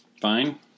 Fine